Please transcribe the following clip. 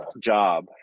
job